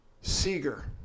Seeger